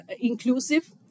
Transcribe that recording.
inclusive